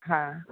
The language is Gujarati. હા